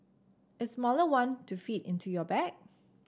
a smaller one to fit into your bag